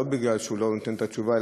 לא כי הוא לא נותן את התשובה,